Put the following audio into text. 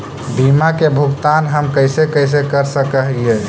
बीमा के भुगतान हम कैसे कैसे कर सक हिय?